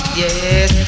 yes